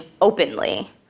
openly